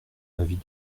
l’avis